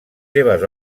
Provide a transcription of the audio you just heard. seves